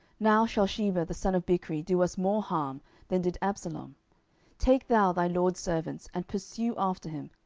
now shall sheba the son of bichri do us more harm than did absalom take thou thy lord's servants, and pursue after him,